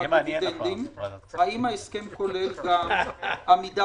השאלה האם ההסכם כולל גם עמידה